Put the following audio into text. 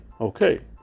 Okay